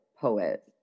poet